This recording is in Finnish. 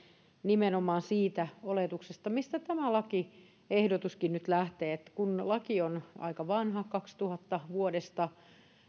nimenomaan siitä oletuksesta mistä tämä lakiehdotuskin nyt lähtee että kun laki on aika vanha vuodesta kaksituhatta